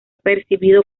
percibido